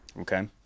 Okay